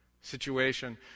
situation